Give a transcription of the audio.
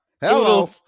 hello